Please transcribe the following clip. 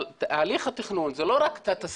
אבל הליך התכנון זה לא רק התסקיר.